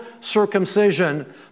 circumcision